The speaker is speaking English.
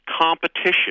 competition